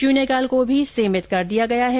शुन्यकाल को भी सीमित कर दिया गया है